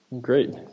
Great